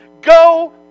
Go